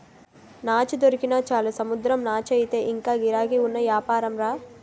నాచు దొరికినా చాలు సముద్రం నాచయితే ఇంగా గిరాకీ ఉన్న యాపారంరా